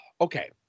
Okay